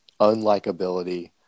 unlikability